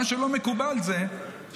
מה שלא מקובל זה שפתאום,